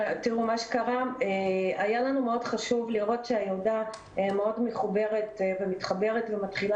היה לנו חשוב מאוד לראות שהילדה מחוברת ומתחברת ומתחילה